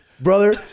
Brother